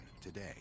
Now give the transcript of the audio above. today